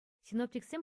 синоптиксем